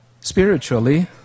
spiritually